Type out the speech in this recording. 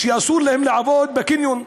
שאסור להם לעבוד בקניון?